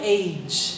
age